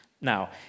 Now